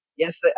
Yes